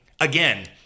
again